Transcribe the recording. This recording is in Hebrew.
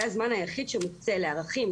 זה הזמן היחיד שמוקצה לערכים,